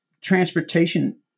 transportation